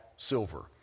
Silver